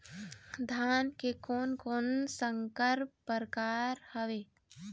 धान के कोन कोन संकर परकार हावे?